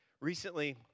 Recently